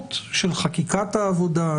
התאמות של חקיקת העבודה,